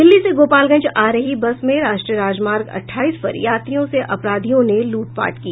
दिल्ली से गोपालगंज आ रही बस में राष्ट्रीय राजमार्ग अट्ठाईस पर यात्रियों से अपराधियों ने लूटपाट की